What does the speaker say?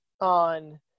on